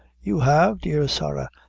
you have, dear sarah,